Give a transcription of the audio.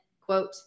quote